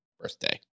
birthday